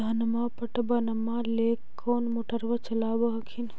धनमा पटबनमा ले कौन मोटरबा चलाबा हखिन?